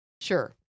Sure